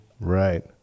Right